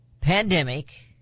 pandemic